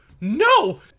no